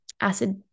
acid